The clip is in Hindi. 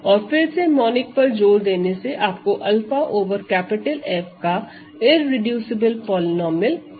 और फिर से मोनिक पर जोर देने से आपको 𝛂 ओवर F का इररेडूसिबल पॉलीनोमिअल मिलता है